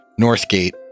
Northgate